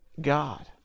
God